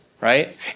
right